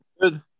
Good